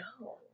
No